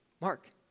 Mark